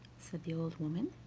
said the old woman